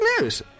news